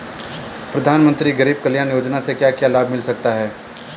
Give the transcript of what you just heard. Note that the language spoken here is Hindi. प्रधानमंत्री गरीब कल्याण योजना से क्या लाभ मिल सकता है?